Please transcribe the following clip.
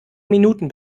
minuten